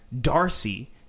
Darcy